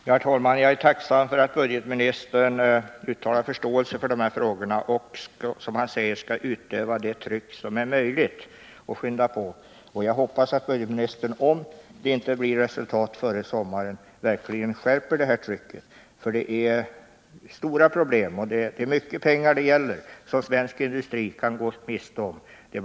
Herr talman! Jag är tacksam för att budgetministern uttalar förståelse för de här frågorna och, som han säger, skall utöva det tryck som är möjligt och skynda på det hela. Jag hoppas att budgetministern, om det inte blir resultat före sommaren, verkligen skärper trycket. Det är stora problem, och det är mycket pengar som svensk industri kan gå miste om. BI.